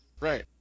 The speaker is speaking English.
Right